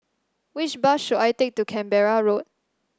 which bus should I take to Canberra Road